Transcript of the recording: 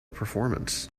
performance